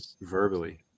verbally